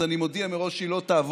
אז אני מודיע מראש שהיא לא תעבור,